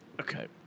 Okay